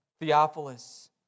Theophilus